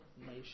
nation